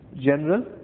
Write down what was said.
General